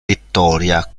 vittoria